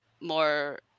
more